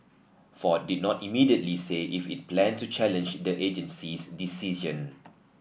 Ford did not immediately say if it planned to challenge the agency's decision